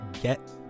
get